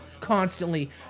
constantly